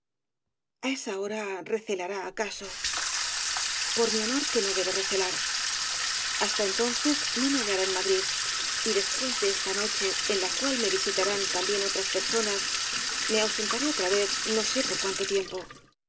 esa hora recelará acaso por mi honor que no debe recelar hasta entonces no me hallará en madrid y después de esa noche en la cual me visitarán también otras personas me ausentaré otra vez no sé por cuánto tiempo